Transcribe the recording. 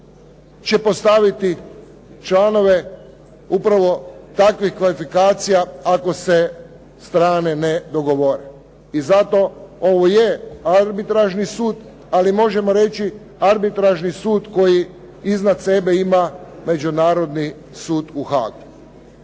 će postaviti članove upravo takvih kvalifikacija ako se strane ne dogovore. I zato ovo je arbitražni sud, ali možemo reći arbitražni sud koji iznad sebe Međunarodni sud u Haagu.